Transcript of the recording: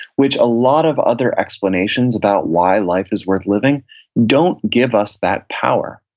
which a lot of other explanations about why life is worth living don't give us that power.